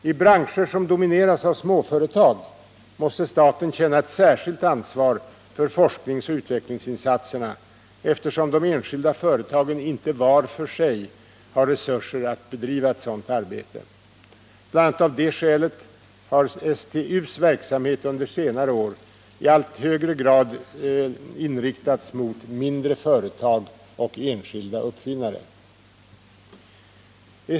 I branscher som domineras av småföretag måste staten känna ett särskilt ansvar för forskningsoch utvecklingsinsatserna eftersom de enskilda företagen inte var för sig har resurser att bedriva sådant arbete. Bl. a. av detta skäl har STU:s verksamhet under senare år i allt högre grad inriktats mot mindre företag och enskilda uppfinnare.